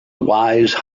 wise